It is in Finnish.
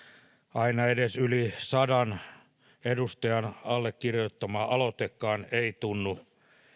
aina edes yli sadan edustajan allekirjoittama aloitekaan ei tunnu